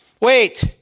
wait